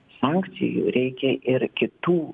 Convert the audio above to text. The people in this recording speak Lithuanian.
sankcijų reikia ir kitų